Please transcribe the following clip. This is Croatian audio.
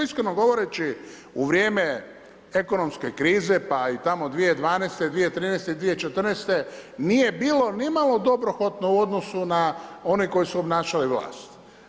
Iskreno govoreći u vrijeme ekonomske krize pa i tamo 2012., 2013., 2014. nije bilo nimalo dobrohotno u odnosu na one koji su obnašali vlast.